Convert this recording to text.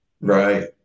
right